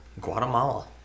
Guatemala